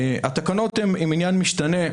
התקנות הן עניין משתנה.